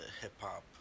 hip-hop